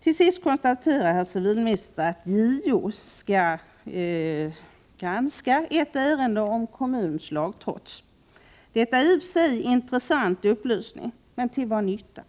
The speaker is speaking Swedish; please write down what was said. Till sist konstaterar civilministern att JO skall granska ett ärende om en kommuns lagtrots. Detta är i och för sig en intressant upplysning. Men till vad nytta?